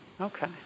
Okay